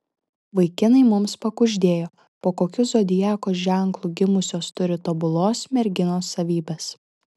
vaikinai mums pakuždėjo po kokiu zodiako ženklu gimusios turi tobulos merginos savybes